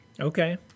Okay